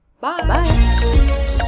bye